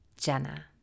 Jenna